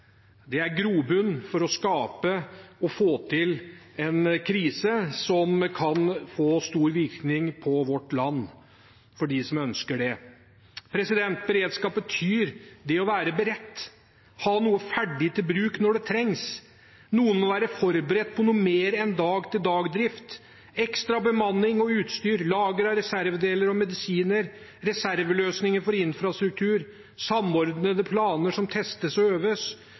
Det er grobunn for å skape og få til en krise som kan få stor virkning på vårt land, for dem som ønsker det. Beredskap betyr å være beredt, ha noe ferdig til bruk når det trengs. Noen må være forberedt på noe mer enn dag-til-dag-drift. Ekstra bemanning og utstyr, lagre av reservedeler og medisiner, reserveløsninger for infrastruktur, samordnede planer som testes og øves